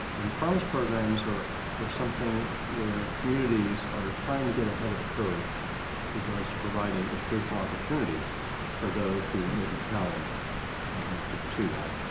and promise programs are are something where communities are trying to get ahead of the curve with regards to providing educational opportunity for those who may be challenged to pursue that.